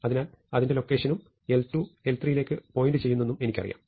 അതിനാൽ അതിന്റെ ലൊക്കേഷനും l2 l3 ലേക്ക് പോയിന്റ് ചെയ്യുന്നെന്നും എനിക്കറിയാം